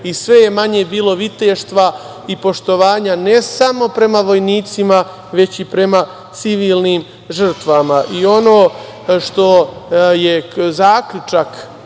i sve je manje bilo viteštva i poštovanja, ne samo prema vojnicima, već i prema civilnim žrtvama. Ono što je zaključak